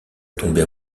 tomber